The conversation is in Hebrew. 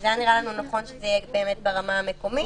היה נראה לנו נכון שזה יהיה ברמה המקומית,